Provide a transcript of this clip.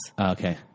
Okay